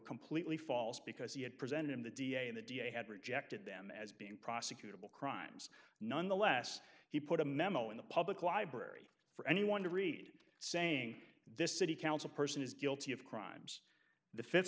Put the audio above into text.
completely false because he had presented in the da in the da had rejected them as being prosecutable crimes nonetheless he put a memo in the public library for anyone to read saying this city council person is guilty of crimes the fifth